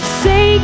say